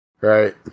right